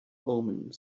omens